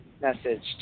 message